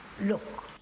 Look